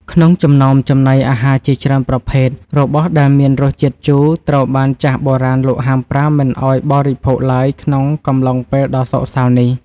ក្នុងចំណោមចំណីអាហារជាច្រើនប្រភេទ របស់ដែលមានរសជាតិជូរត្រូវបានចាស់បុរាណលោកហាមប្រាមមិនឱ្យបរិភោគឡើយក្នុងកំឡុងពេលដ៏សោកសៅនេះ។